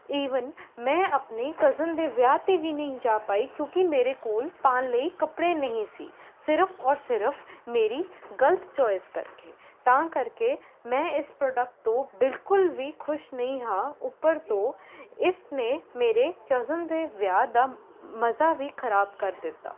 even ਮੈਂ ਆਪਣੇ cousin ਦੇ ਵਿਆਹ 'ਤੇ ਵੀ ਨਹੀਂ ਜਾ ਪਾਈ ਕਿਉਂਕਿ ਮੇਰੇ ਕੋਲ ਪਾਉਣ ਲਈ ਕੱਪੜੇ ਨਹੀਂ ਸੀ ਸਿਰਫ ਔਰ ਸਿਰਫ ਮੇਰੀ ਗਲਤ ਚੋਇਸ ਕਰਕੇ ਤਾਂ ਕਰਕੇ ਮੈਂ ਇਸ ਪ੍ਰੋਡਕਟ ਤੋਂ ਬਿਲਕੁਲ ਵੀ ਖੁਸ਼ ਨਹੀਂ ਹਾਂ ਉੱਪਰ ਤੋਂ ਇਸ ਨੇ ਮੇਰੇ ਕਜ਼ਨ ਦੇ ਵਿਆਹ ਦਾ ਮਜ਼ਾ ਵੀ ਖਰਾਬ ਕਰ ਦਿੱਤਾ